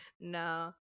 No